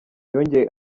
yongeye